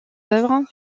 œuvres